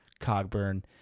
cogburn